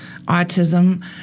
autism